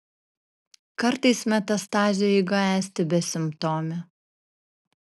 kartais metastazių eiga esti besimptomė